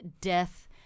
death